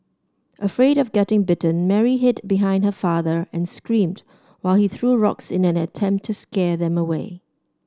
afraid of getting bitten Mary hid behind her father and screamed while he threw rocks in an attempt to scare them away